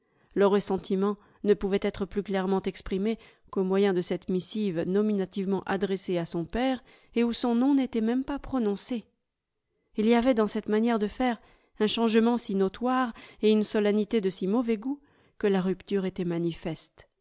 le ressentiment ne pouvait être plus clairement exprimé qu'au moyen de cette missive nominativement adressée à son père et où son nom n'était même pas prononcé il y avait dans cette manière de faire un changement si notoire et une solennité de si mauvais goût que la rupture était manifeste